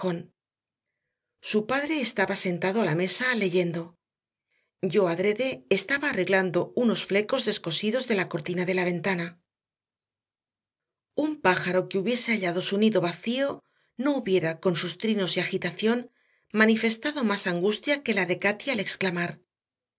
su padre estaba sentado a la mesa leyendo yo adrede estaba arreglando unos flecos descosidos de la cortina de la ventana un pájaro que hubiese hallado su nido vacío no hubiera con sus trinos y agitación manifestado más angustia que la de cati al exclamar